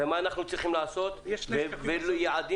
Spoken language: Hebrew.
נקבעו הסכמים לחלוקת הכנסות בין הבנקים